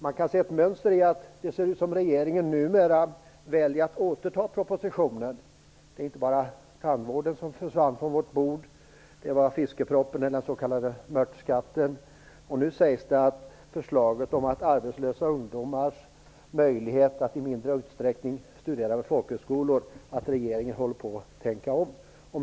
Man kan se ett mönster i att det verkar som om regeringen numera väljer att återta sina propositioner. Det är inte bara tandvårdspropositionen som försvunnit från riksdagens bord. Det är också fiskepropositionen - den s.k. mörtskatten. Nu sägs det att regeringen håller på att tänka om när det gäller förslaget om de arbetslösa ungdomarnas minskade möjligheter att studera vid folkhögskolor.